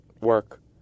work